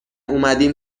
اومدیم